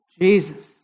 Jesus